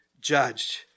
judged